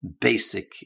basic